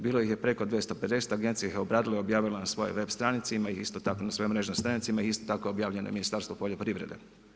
Bilo je preko 250 agencija ih je obradila i objavila na svojoj web stranici, ima ih isto tako na svojoj mrežnoj stranici, ima isto tako obavljen i Ministarstvo poljoprivrede.